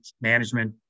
management